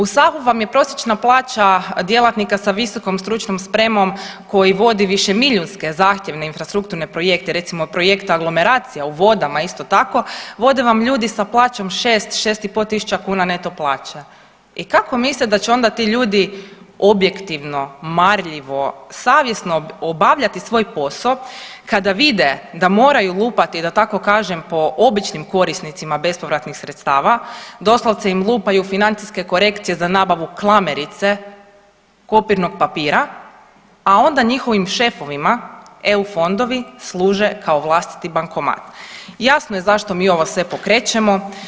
U SAFU vam je prosječna plaća djelatnika sa VSS koji vodi višemilijunske zahtjevne infrastrukturne projekte, recimo projekt aglomeracija u vodama isto tako vode vam ljudi sa plaćom 6-6,5 tisuća kuna neto plaće i kako misle da će onda ti ljudi objektivno, marljivo, savjesno obavljati svoj posao kada vide da moraju lupati da tako kažem po običnim korisnicima bespovratnih sredstava, doslovce im lupaju financijske korekcije za nabavu klamerice, kopirnog papira, a onda njihovim šefovima EU fondovi služe kao vlastiti bankomat i jasno je zašto mi ovo sve pokrećemo.